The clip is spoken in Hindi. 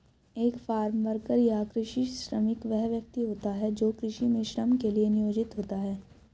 एक फार्म वर्कर या कृषि श्रमिक वह व्यक्ति होता है जो कृषि में श्रम के लिए नियोजित होता है